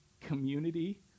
community